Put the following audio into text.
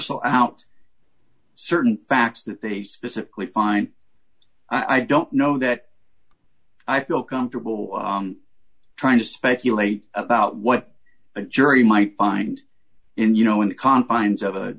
parcel out certain facts that they specifically find i don't know that i feel comfortable trying to speculate about what a jury might find in you know in the confines of a